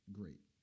great